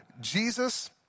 Jesus